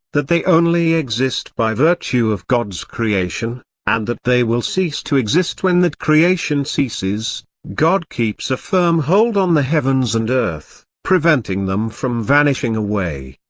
that they only exist by virtue of god's creation, and that they will cease to exist when that creation ceases god keeps a firm hold on the heavens and earth, preventing them from vanishing away.